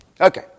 Okay